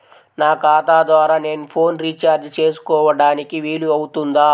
నా ఖాతా ద్వారా నేను ఫోన్ రీఛార్జ్ చేసుకోవడానికి వీలు అవుతుందా?